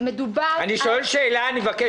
שהסכים לתקן את התקנות באופן שיאפשר